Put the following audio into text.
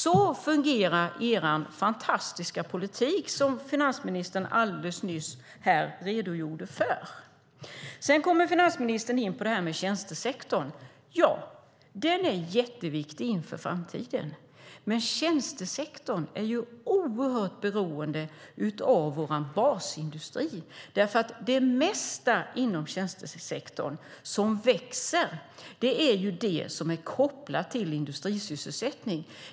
Så fungerar er fantastiska politik, som finansministern alldeles nyss redogjorde för. Sedan kommer finansministern in på tjänstesektorn. Den är jätteviktig inför framtiden, men tjänstesektorn är oerhört beroende av vår basindustri. Det mesta som växer inom tjänstesektorn är ju det som är kopplat till industrisysselsättning.